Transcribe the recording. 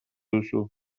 duzu